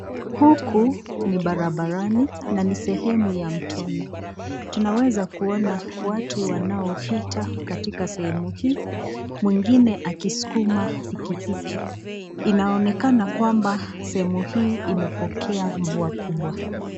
Huku ni barabarani na ni sehemu ya mtoni. Tunaweza kuona watu wanaopita katika sehemu hii, mwingine akisukuma pikipiki. Inaonekana kwamba sehemu hii imepokea mvua kubwa.